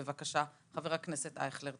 חבר הכנסת אייכלר.